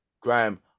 Graham